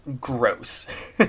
gross